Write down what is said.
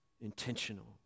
intentional